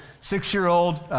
six-year-old